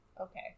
Okay